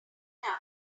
enough